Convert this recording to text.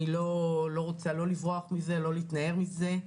אני לא רוצה, לא לברוח מזה, לא להתנער מזה.